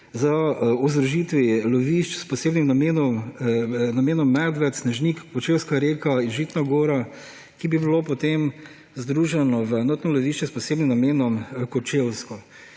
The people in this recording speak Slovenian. o združitvi lovišč s posebnim namenom Medved, Snežnik Kočevska reka, Žitna gora, ki bi bila potem združena v enotno lovišče s posebnim namenom Kočevsko.